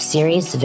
Series